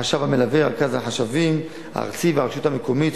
החשב המלווה, רכז החשבים הארצי והרשות המקומית.